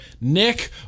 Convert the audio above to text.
Nick